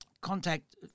contact